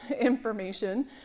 information